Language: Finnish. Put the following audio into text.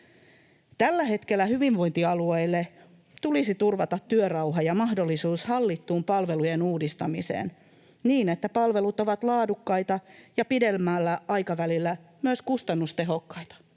Tällä hetkellä hyvinvointialueille tulisi turvata työrauha ja mahdollisuus hallittuun palvelujen uudistamiseen, niin että palvelut ovat laadukkaita ja pidemmällä aikavälillä myös kustannustehokkaita.